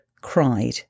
cried